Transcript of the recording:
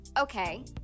Okay